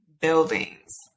buildings